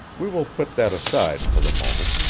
we will put that aside for the moment,